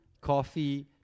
coffee